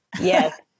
Yes